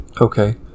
okay